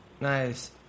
Nice